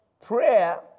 prayer